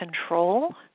control